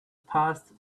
passed